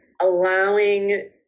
allowing